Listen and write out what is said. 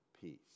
peace